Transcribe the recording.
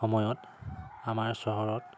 সময়ত আমাৰ চহৰত